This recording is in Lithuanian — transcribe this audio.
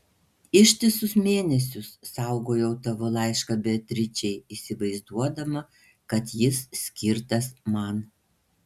ištisus mėnesius saugojau tavo laišką beatričei įsivaizduodama kad jis skirtas man